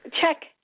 check